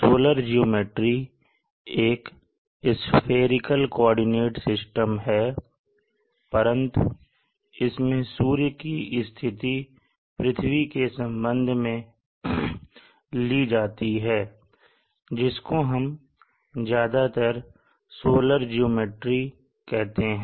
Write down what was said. solar geometry एक spherical coordinate system है परंतु इसमें सूर्य की स्थिति पृथ्वी के संबंध में ली जाती है जिसको हम ज्यादातर सोलर ज्योमेट्री कहते हैं